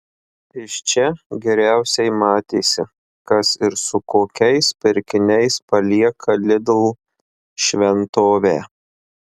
iš čia geriausiai matėsi kas ir su kokiais pirkiniais palieka lidl šventovę